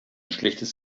schlechtes